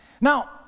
Now